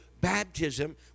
baptism